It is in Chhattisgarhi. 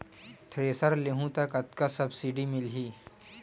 थ्रेसर लेहूं त कतका सब्सिडी मिलही?